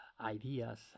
ideas